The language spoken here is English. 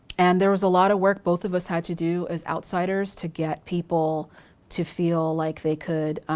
and there was a lot of work both of us had to do as outsiders to get people to feel like they could,